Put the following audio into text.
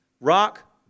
rock